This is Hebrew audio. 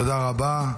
תודה רבה.